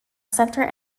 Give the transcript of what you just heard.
centre